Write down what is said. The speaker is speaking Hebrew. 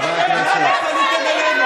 מה אתה מדבר?